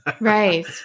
Right